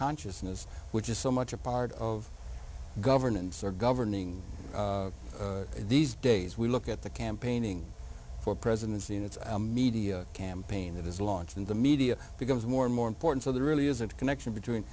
consciousness which is so much a part of governance or governing these days we look at the campaigning for presidency and it's a media campaign that is launched and the media becomes more and more important to the really is that connection between